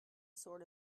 sort